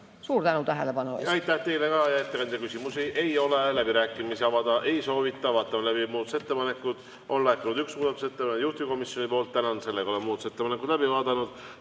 Suur tänu tähelepanu